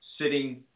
sitting